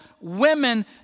women